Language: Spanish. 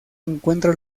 encuentra